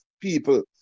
people